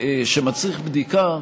שמצריך בדיקה,